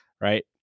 right